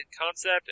concept